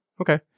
Okay